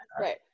right